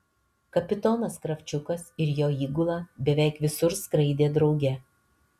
kapitonas kravčiukas ir jo įgula beveik visur skraidė drauge